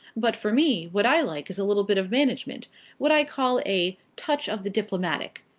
but for me, what i like is a little bit of management what i call a touch of the diplomatic.